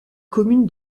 commune